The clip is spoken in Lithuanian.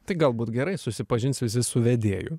tai galbūt gerai susipažins visi su vedėju